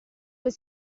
alle